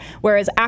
whereas